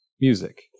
music